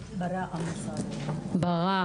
שבעלה